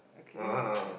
uh